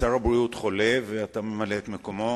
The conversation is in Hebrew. שר הבריאות חולה, ואתה ממלא את מקומו.